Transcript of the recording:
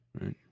Right